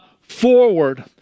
forward